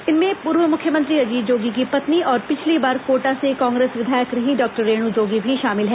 इनमें पूर्व मुख्यमंत्री अजीत जोगी की पत्नी और पिछली बार कोटा से कांग्रेस विधायक रही डॉक्टर रेणु जोगी भी शामिल हैं